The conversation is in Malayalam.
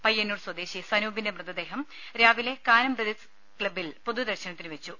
പയ്യന്നൂർ സ്വദേശി സനൂപിന്റെ മൃതദേഹം രാവിലെ കാനം ബ്രദേഴ്സ് ക്ലബ്ബിൽ പൊതുദർശനത്തിന് വെച്ചു